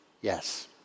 yes